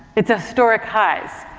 it's historic highs,